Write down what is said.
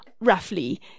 Roughly